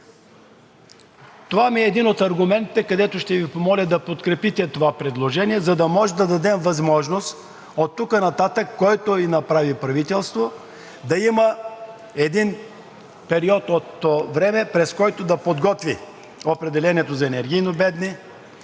Това е един от аргументите, с който ще Ви помоля да подкрепите това предложение, за да може да дадем възможност оттук нататък, който и да направи правителство, да има един период от време, през който да подготви определението за енергийно бедни,